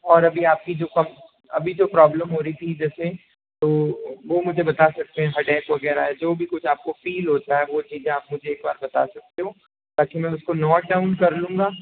और अभी आपकी जो अभी जो प्रॉब्लम हो रही थी जैसे तो वो मुझे बता सकते हैं हेडेक वगैरह है जो भी कुछ आपको फ़ील होता है वो चीज़ें आप मुझे एक बार बता सकते हो ताकि मैं उसको नोट डाउन कर लूंगा